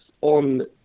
on